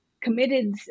committed